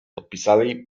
podpisali